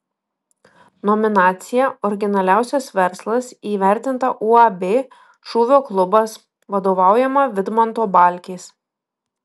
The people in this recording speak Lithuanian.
nominacija originaliausias verslas įvertinta uab šūvio klubas vadovaujama vidmanto balkės